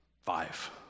five